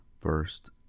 first